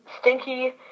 stinky